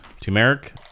turmeric